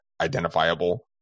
identifiable